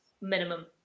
minimum